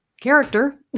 character